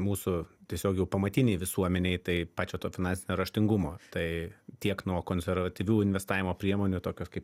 mūsų tiesiog jau pamatinėj visuomenėj tai pačio to finansinio raštingumo tai tiek nuo konservatyvių investavimo priemonių tokios kaip